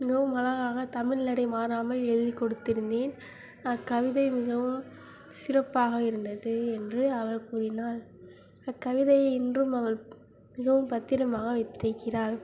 மிகவும் அழகாக தமிழ்நடை மாறாமல் எழுதி கொடுத்திருந்தேன் அக்கவிதை மிகவும் சிறப்பாக இருந்தது என்று அவள் கூறினாள் அக்கவிதையை இன்றும் அவள் மிகவும் பத்திரமாக வைத்திருக்கிறாள்